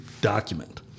document